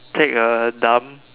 take a dump